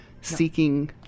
seeking